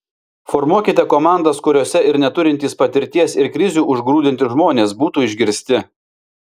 formuokite komandas kuriose ir neturintys patirties ir krizių užgrūdinti žmonės būtų išgirsti